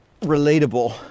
relatable